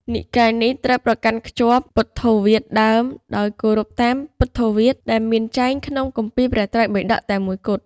និកាយនេះត្រូវប្រកាន់ខ្ជាប់ពុទ្ធោវាទដើម ដោយគោរពតាម ពុទ្ធោវាទ ដែលមានចែងក្នុង គម្ពីរព្រះត្រៃបិដក តែមួយគត់។